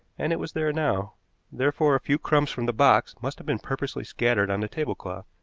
and it was there now therefore a few crumbs from the box must have been purposely scattered on the tablecloth.